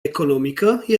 economică